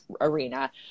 arena